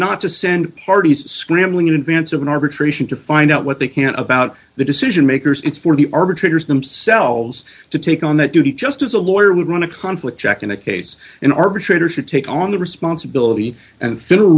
not to send parties scrambling in advance of an arbitration to find out what they can about the decision makers it's for the arbitrator's themselves to take on that duty just as a lawyer would want a conflict check in a case an arbitrator should take on the responsibility and f